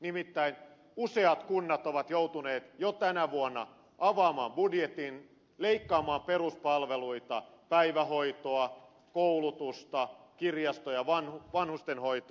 nimittäin useat kunnat ovat joutuneet jo tänä vuonna avaamaan budjetin leikkaamaan peruspalveluita päivähoitoa koulutusta kirjastopalveluita ja vanhustenhoitoa